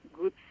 good